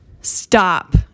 stop